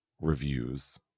reviews